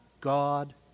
God